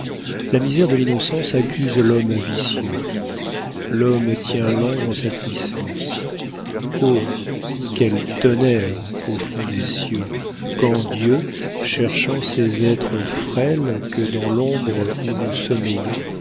la misère de l'innocence accuse l'homme vicieux l'homme tient l'ange en sa puissance oh quel tonnerre au fond des cieux quand dieu cherchant ces êtres frêles que dans l'ombre où nous sommeillons